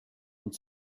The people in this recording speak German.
und